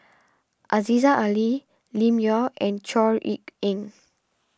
Aziza Ali Lim Yau and Chor Yeok Eng